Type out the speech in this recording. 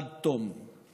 עד תום /